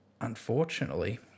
unfortunately